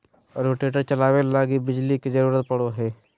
rotator चलावे लगी बिजली के जरूरत पड़ो हय